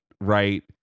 right